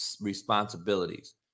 responsibilities